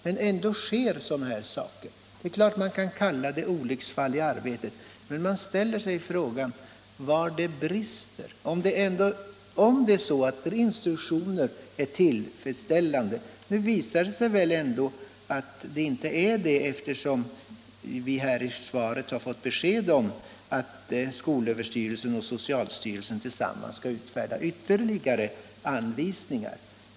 Men ändå inträffar sådana här saker. Det är klart att man kan kalla det olycksfall i arbetet, men det finns ändå anledning att fråga sig var det brister, om instruktionen är tillfredsställande. Nu visar det sig väl ändå att den inte är det — vi har ju i svaret fått besked om att rikspolisstyrelsen tillsammans med skolöverstyrelsen och socialstyrelsen skall utfärda ytterligare anvisningar.